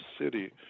City